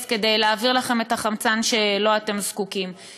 כדי להעביר לכם את החמצן שאתם זקוקים לו.